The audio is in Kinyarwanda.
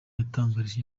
yatangarije